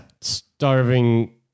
starving